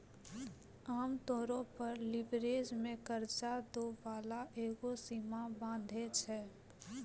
आमतौरो पे लीवरेज मे कर्जा दै बाला एगो सीमा बाँधै छै